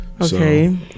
Okay